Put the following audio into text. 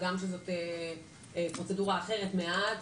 הגם שזאת פרוצדורה אחרת מעט,